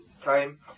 time